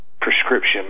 prescription